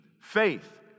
faith